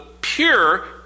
pure